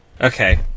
Okay